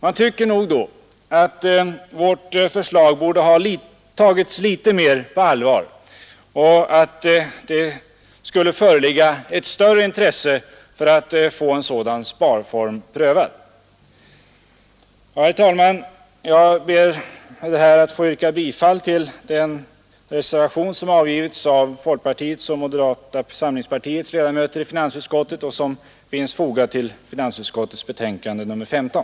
Man tycker nog då att vårt förslag borde tas litet mer på allvar och att det skulle föreligga ett större intresse för att få en sådan sparform prövad. Herr talman! Jag ber att få yrka bifall till den reservation som avlämnats av folkpartiets och moderata samlingspartiets ledamöter i finansutskottet och som är fogad till finansutskottets betänkande nr 15.